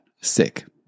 sick